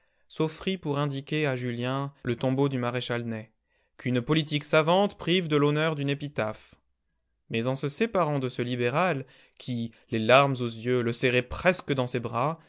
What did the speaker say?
s'offrit pour indiquer à julien le tombeau du maréchal ney qu'une politique savante prive de l'honneur d'une épitaphe mais en se séparant de ce libéral qui les larmes aux yeux le serrait presque dans ses bras